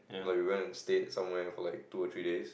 like we went to stayed somewhere for like two or three days